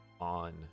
on